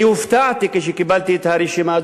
אני הופתעתי כשקיבלתי את הרשימה הזאת,